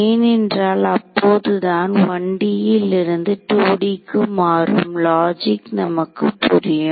ஏனென்றால் அப்போதுதான் 1D ல் இருந்து 2D க்கு மாறும் லாஜிக் நமக்கு புரியும்